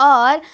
اور